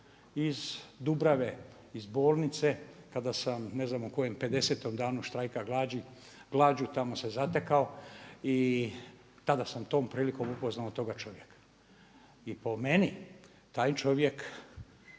iz Dubrave, iz bolnice kada sam ne znam u kojem pedesetom danu štrajka glađu tamo se zatekao i tada sam tom prilikom upoznao toga čovjeka. I po meni taj čovjek